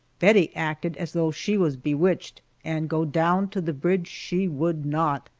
bettie acted as though she was bewitched, and go down to the bridge she would not.